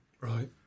Right